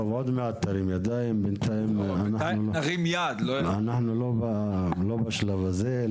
עוד מעט נרים ידיים, אנחנו לא בשלב הזה.